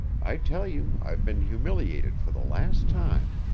i tell you i've been humiliated for the last time.